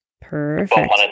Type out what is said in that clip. Perfect